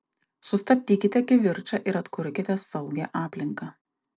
sustabdykite kivirčą ir atkurkite saugią aplinką